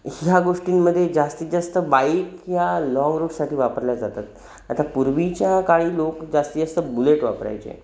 ह्या गोष्टींमध्ये जास्तीत जास्त बाईक या लाँग रूटसाठी वापरल्या जातात आता पूर्वीच्या काळी लोक जास्तीत जास्त बुलेट वापरायचे